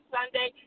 Sunday